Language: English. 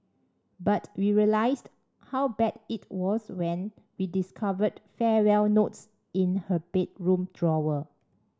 but we realised how bad it was when we discovered farewell notes in her bedroom drawer